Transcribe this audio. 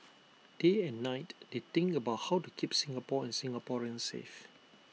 day and night they think about how to keep Singapore and Singaporeans safe